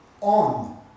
on